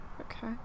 Okay